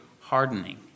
hardening